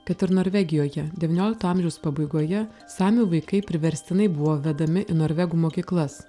kad ir norvegijoje devyniolikto amžiaus pabaigoje samių vaikai priverstinai buvo vedami į norvegų mokyklas